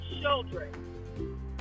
children